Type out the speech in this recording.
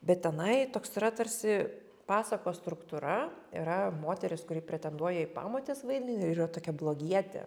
bet tenai toks yra tarsi pasakos struktūra yra moteris kuri pretenduoja į pamotės vaidmenį ir yra tokia blogietė